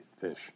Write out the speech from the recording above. fish